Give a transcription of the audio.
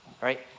Right